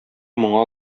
моңа